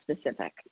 specific